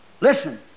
Listen